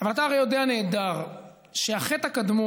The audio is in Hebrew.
אבל אתה הרי יודע נהדר שהחטא הקדמון,